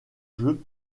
jeu